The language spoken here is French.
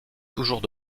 toujours